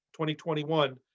2021